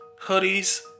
hoodies